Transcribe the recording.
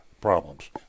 problems